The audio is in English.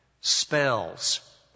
spells